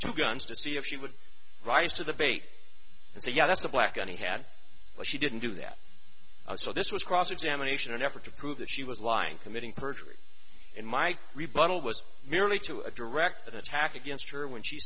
two guns to see if she would rise to the bait and say yeah that's the blackout he had but she didn't do that so this was cross examination effort to prove that she was lying committing perjury in my rebuttal was merely to a direct attack against her when she